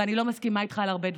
ואני לא מסכימה איתך על הרבה דברים,